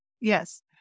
Yes